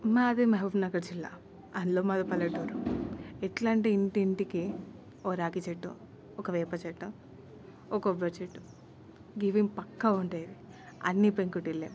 మాది మెహబూబ్నగర్ జిల్లా అందులో మాదో పల్లెటూరు ఎట్లా అంటే ఇంటింటికీ ఒక రావిచెట్టు ఒక వేపచెట్టు ఒక కొబ్బరిచెట్టు ఇవి పక్కా ఉంటాయి అన్నీ పెంకుటిళ్ళులే